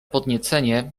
podniecenie